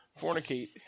fornicate